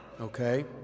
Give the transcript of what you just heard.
Okay